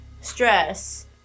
stress